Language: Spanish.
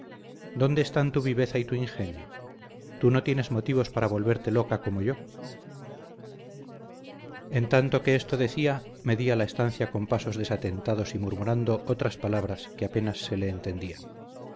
dónde están tu viveza y tu ingenio tú no tienes motivos para volverte loca como yo en tanto que esto decía medía la estancia con pasos desatentados y murmurando otras palabras que apenas se le entendían